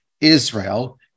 Israel